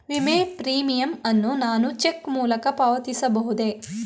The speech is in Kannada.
ವಿಮೆ ಪ್ರೀಮಿಯಂ ಅನ್ನು ನಾನು ಚೆಕ್ ಮೂಲಕ ಪಾವತಿಸಬಹುದೇ?